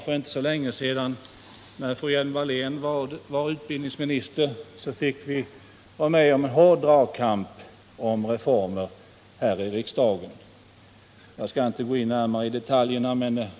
För inte så länge sedan, när Lena Hjelm-Wallén var utbildningsminister, fick vi vara med om en hård dragkamp om reformer här i riksdagen. Jag skall här inte gå närmare in i detaljerna.